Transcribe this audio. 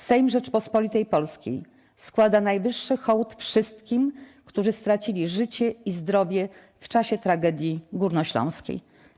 Sejm Rzeczypospolitej Polskiej składa najwyższy hołd wszystkim, którzy stracili życie i zdrowie w czasie Tragedii Górnośląskiej”